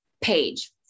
page